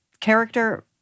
character